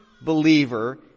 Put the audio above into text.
believer